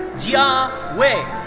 jia wei.